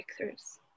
breakthroughs